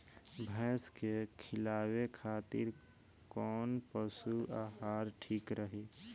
भैंस के खिलावे खातिर कोवन पशु आहार ठीक रही?